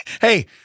Hey